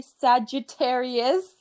Sagittarius